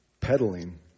peddling